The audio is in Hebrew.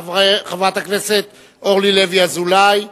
חברת הכנסת אורלי לוי אזולאי,